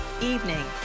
evening